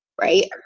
right